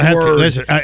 Listen